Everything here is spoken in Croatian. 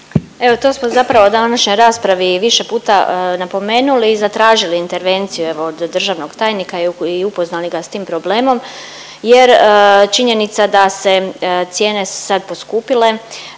Evo to smo zapravo današnja rasprava i više puta napomenuli i zatražili intervenciju od državnog tajnika i upoznali ga s tim problem jer činjenica da se cijene su sad poskupile